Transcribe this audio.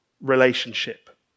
relationship